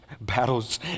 Battles